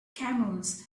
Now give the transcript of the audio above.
camels